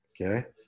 okay